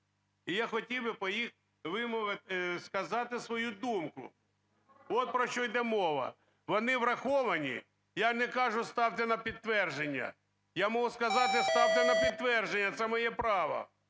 І я хотів би по них сказати свою думку. От про що йде мова. Вони враховані, я не кажу, ставте на підтвердження. Я можу сказати, ставте на підтвердження, це моє право.